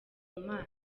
mana